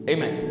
Amen